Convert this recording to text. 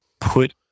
put